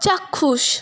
চাক্ষুষ